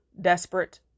desperate